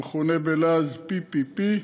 המכונה בלעז PPP,